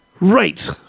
Right